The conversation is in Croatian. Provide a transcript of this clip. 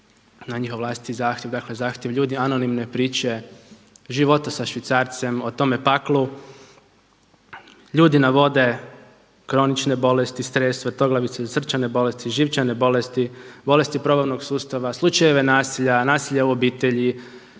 na njihov vlastiti zahtjev, dakle zahtjev ljudi anonimne priče života sa švicarcem, o tome paklu. Ljudi navode kronične bolesti, stres, vrtoglavicu, i srčane bolesti, živčane bolesti, bolesti probavnog sustava, slučajeve nasilja, nasilja u obitelji,